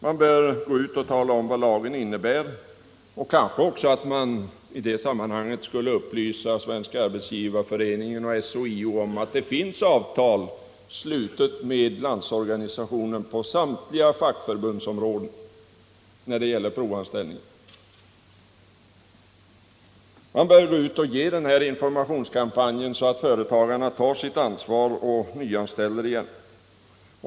Man bör gå ut och tala om vad lagen innebär och kanske också i det sammanhanget upplysa Svenska arbetsgivareföreningen och SHIO om att det finns avtal slutna med Landsorganisationen på samtliga fackförbundsområden när det gäller provanställning. Man bör gå ut med en sådan informationskampanj, så att företagarna tar sitt ansvar och börjar nyanställa igen.